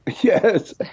Yes